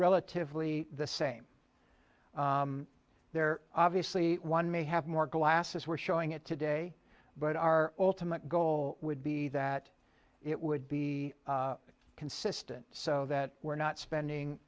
relatively the same there obviously one may have more glasses we're showing it today but our ultimate goal would be that it would be consistent so that we're not spending